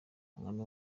umwami